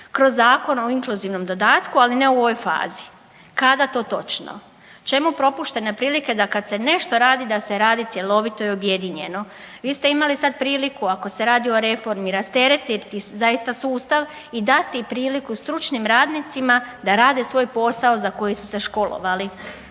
kroz Zakon o inkluzivnom dodatku, ali ne u ovoj fazi. Kada to točno? Čemu propuštene prilike da kad se nešto radi da se radi cjelovito i objedinjeno. Vi ste imali sad priliku ako se radi o reformi rasteretiti zaista sustav i dati priliku stručnim radnicima da rade svoj posao za koji su se školovali.